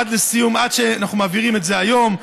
עד שאנחנו מעבירים את זה היום,